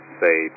say